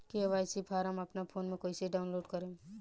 KYC form अपना phone मे कइसे डाऊनलोड करेम?